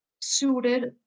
suited